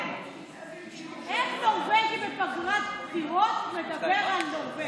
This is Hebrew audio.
איך נורבגי בפגרת בחירות מדבר על נורבגים?